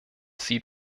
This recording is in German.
sie